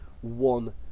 one